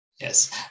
Yes